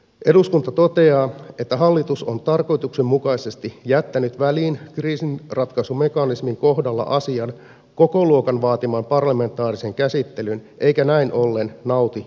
eduskunta toteaa että hallitus on tarkoituksenmukaisesti jättänyt väliin kriisinratkaisumekanismin kohdalla asian kokoluokan vaatiman parlamentaarisen käsittelyn eikä näin ollen nauti eduskunnan luottamusta